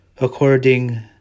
According